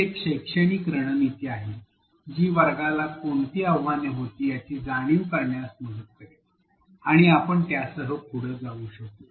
ही एक शैक्षणिक रणनीती आहे जी वर्गाला कोणती आव्हाने होती याची जाणीव करण्यास मदत करेल आणि आपण त्यासह पुढे जाऊ शकू